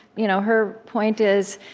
you know her point is,